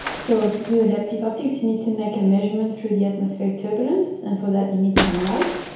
so to do adaptive optics you need to make a measurement through the atmospheric turbulence, and for that you need some light.